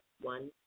one